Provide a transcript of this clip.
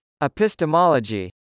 Epistemology